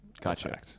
Gotcha